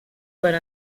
per